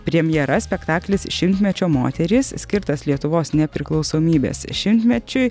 premjera spektaklis šimtmečio moterys skirtas lietuvos nepriklausomybės šimtmečiui